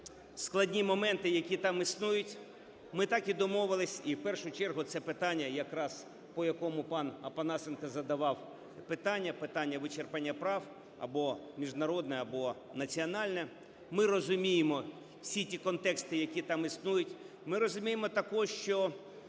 складні моменти, які там існують, ми так і домовилися. І в першу чергу це питання якраз, по якому пан Опанасенко задавав питання, питання вичерпання прав або міжнародне, або національне. Ми розуміємо всі ті контексти, які там існують. Ми розуміємо також, що